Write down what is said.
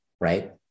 right